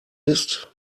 ist